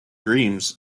dreams